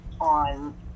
on